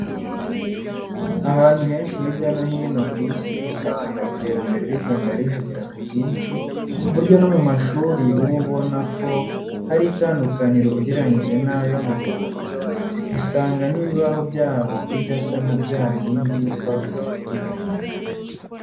Ahantu henshi hirya no hino ku isi usanga iterambere rigenda rihagera ku bwinshi ku buryo no mu mashuri uba ubona ko hari itandukaniro ugereranyije n'ayo mu Rwanda. Usanga n'ibibaho byaho bidasa na bya bindi twakuze tubona.